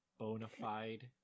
Bonafide